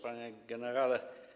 Panie Generale!